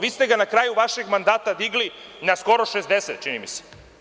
Vi ste ga na kraju vašeg mandata digli na skoro 60, čini mi se.